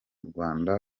rwanda